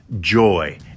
joy